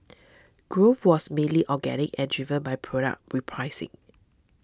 growth was mainly organic and driven by product repricing